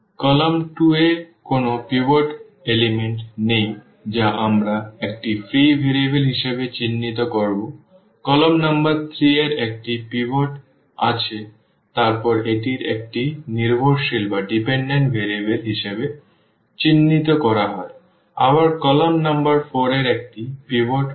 column 2 এ কোনও pivot উপাদান নেই যা আমরা একটি ফ্রি ভেরিয়েবল হিসাবে চিহ্নিত করব কলাম নম্বর 3 এর একটি পিভট আছে তারপর এটি একটি নির্ভরশীল ভেরিয়েবল হিসাবে চিহ্নিত করা হয় আবার কলাম নম্বর 4 এর একটি পিভট রয়েছে